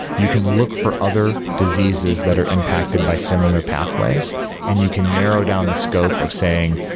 you can look for other diseases that are impacted by similar pathways and you can narrow down the scope of saying,